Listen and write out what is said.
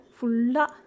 Fulla